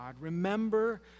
Remember